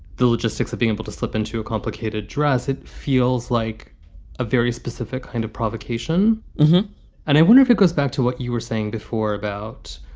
the logistics of being able to slip into a complicated dress. it feels like a very specific kind of provocation and i wonder if it goes back to what you were saying before about